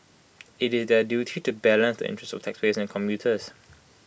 IT is their duty to balance the interests of taxpayers and commuters